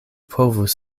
povus